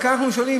וכאן אנחנו שואלים,